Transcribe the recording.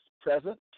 present